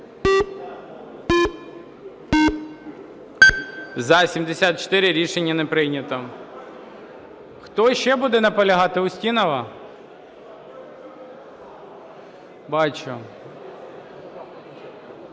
За-74 Рішення не прийнято. Хто ще буде наполягати, Устінова? Бачу.